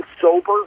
sober